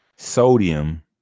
Sodium